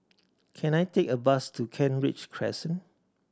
can I take a bus to Kent Ridge Crescent